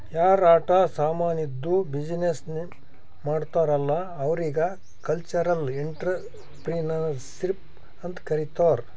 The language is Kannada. ಯಾರ್ ಆಟ ಸಾಮಾನಿದ್ದು ಬಿಸಿನ್ನೆಸ್ ಮಾಡ್ತಾರ್ ಅಲ್ಲಾ ಅವ್ರಿಗ ಕಲ್ಚರಲ್ ಇಂಟ್ರಪ್ರಿನರ್ಶಿಪ್ ಅಂತ್ ಕರಿತಾರ್